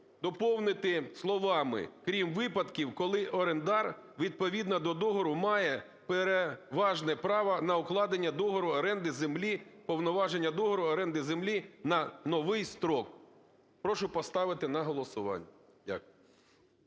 доповнити словами "крім випадків, коли орендар відповідно до договору, має переважне право на укладення договору оренди землі (поновлення договору оренди землі) на новий строк". Прошу поставити на голосування. Дякую.